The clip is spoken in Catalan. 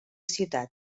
ciutat